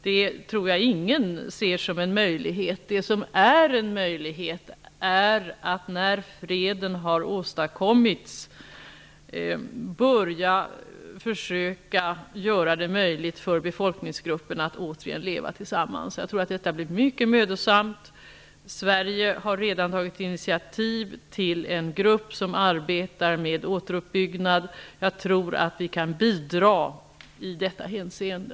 Det som är en möjlighet är att, när freden har åstadkommits, börja försöka göra det möjligt för befolkningsgrupperna att återigen leva tillsammans. Jag tror att detta blir mycket mödosamt. Sverige har redan tagit initiativ till en grupp som arbetar med återuppbyggnad. Jag tror att vi kan bidra i detta hänseende.